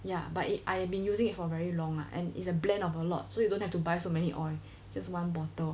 ya but it I have been using it for very long lah and is a blend of a lot so you don't have to buy so many oil just one bottle